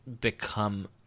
become